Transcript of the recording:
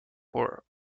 corps